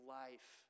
life